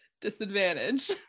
disadvantage